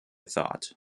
thought